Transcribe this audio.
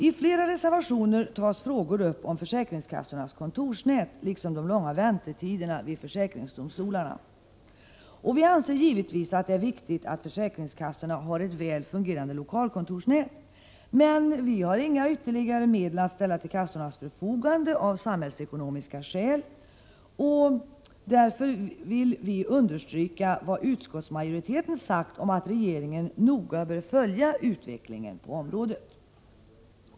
I flera reservationer tas frågor upp om försäkringskassornas kontorsnät liksom de långa väntetiderna vid försäkringsdomstolarna. Vi anser givetvis att det är viktigt att försäkringskassorna har ett väl fungerande lokalkontorsnät, men vi har inga ytterligare medel att ställa till kassornas förfogande, av samhällsekonomiska skäl, utan vill understryka vad utskottsmajoriteten sagt om att regeringen noga bör följa utvecklingen på området.